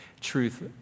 truth